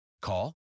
Call